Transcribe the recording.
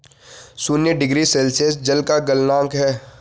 शून्य degree Celsius जल का गलनांक है